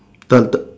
the the